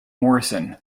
morrison